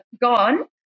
gone